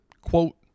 quote